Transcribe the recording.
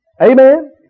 Amen